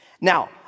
Now